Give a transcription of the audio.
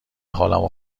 حالمو